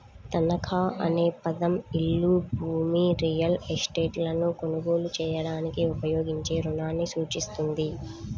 తనఖా అనే పదం ఇల్లు, భూమి, రియల్ ఎస్టేట్లను కొనుగోలు చేయడానికి ఉపయోగించే రుణాన్ని సూచిస్తుంది